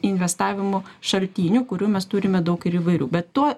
investavimo šaltinių kurių mes turime daug ir įvairių bet tuo